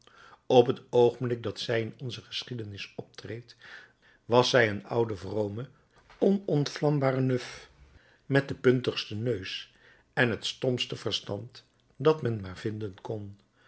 op het oogenblik dat zij in onze geschiedenis optreedt was zij een oude vrome onontvlambare nuf met den puntigsten neus en het stompste verstand dat men maar vinden kon